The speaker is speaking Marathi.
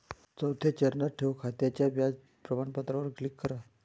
चौथ्या चरणात, ठेव खात्याच्या व्याज प्रमाणपत्रावर क्लिक करा